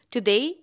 Today